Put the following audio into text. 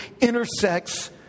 intersects